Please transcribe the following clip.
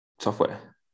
Software